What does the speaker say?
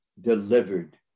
delivered